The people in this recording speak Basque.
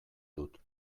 dut